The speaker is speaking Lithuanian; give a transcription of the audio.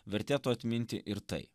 vertėtų atminti ir tai